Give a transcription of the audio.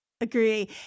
Agree